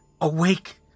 awake